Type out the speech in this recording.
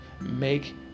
Make